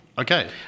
Okay